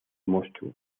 monstruo